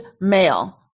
male